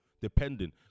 depending